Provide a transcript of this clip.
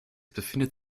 befindet